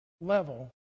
level